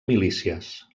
milícies